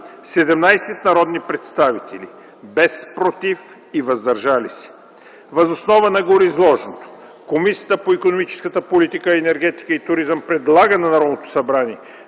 17 народни представители, без „против” и „въздържали се”. Въз основа на гореизложеното Комисията по икономическата политика, енергетика и туризъм предлага на Народното събрание